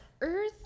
earth